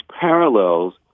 parallels